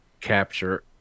capture